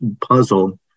puzzle